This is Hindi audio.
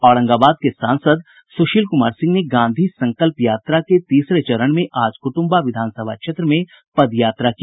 औरंगाबाद के सांसद सुशील कुमार सिंह ने गांधी संकल्प यात्रा के तीसरे चरण में आज कुटुम्बा विधानसभा क्षेत्र में पदयात्रा की